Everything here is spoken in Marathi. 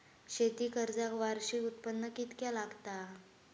शेती कर्जाक वार्षिक उत्पन्न कितक्या लागता?